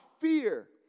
fear